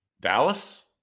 Dallas